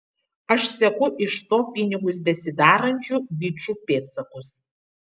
aš seku iš to pinigus besidarančių bičų pėdsakus